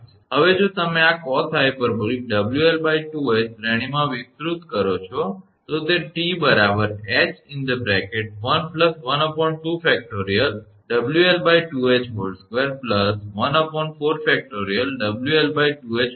હવે જો તમે આ cosh𝑊𝐿2𝐻 શ્રેણીમાં વિસ્તૃત કરો છો તો તે 𝑇 𝐻1 12